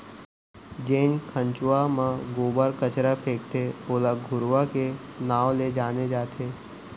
जेन खंचवा म गोबर कचरा फेकथे ओला घुरूवा के नांव ले जाने जाथे